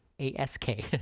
A-S-K